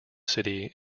city